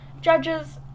judges